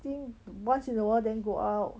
think once in awhile then go out